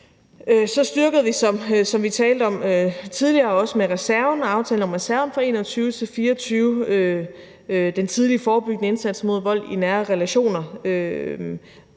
Så styrker vi, som vi har talt om tidligere, med reserven og aftalen om reserven for 2021-2024 også den tidlige forebyggende indsats mod vold i nære relationer.